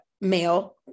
male